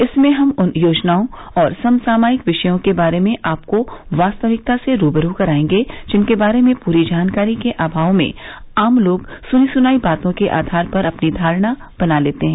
इसमें हम उन योजनाओं और समसामयिक विषयों के बारे में आपको वास्तविकता से रूबरू कराएंगे जिनके बारे में पूरी जानकारी के अभाव में आम लोग सुनी सुनाई बातों के आधार पर अपनी धारणा बना लेते हैं